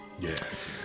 Yes